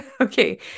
Okay